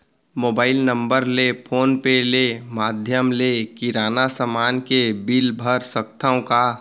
Mobile number ले phone पे ले माधयम ले किराना समान के बिल भर सकथव का?